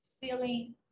feeling